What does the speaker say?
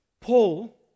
Paul